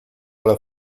alla